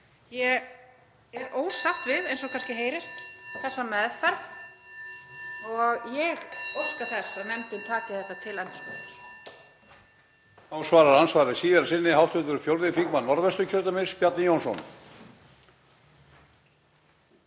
Ég er ósátt við, eins og kannski heyrist, þessa meðferð og ég óska þess að nefndin taki þetta til endurskoðunar.